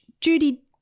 Judy